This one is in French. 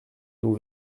nous